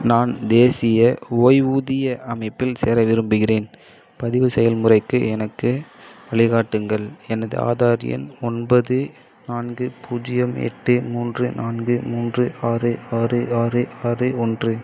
நான் தேசிய ஓய்வூதிய அமைப்பில் சேர விரும்புகிறேன் பதிவு செயல்முறைக்கு எனக்கு வழிகாட்டுங்கள் எனது ஆதார் எண் ஒன்பது நான்கு பூஜ்ஜியம் எட்டு மூன்று நான்கு மூன்று ஆறு ஆறு ஆறு ஆறு ஒன்று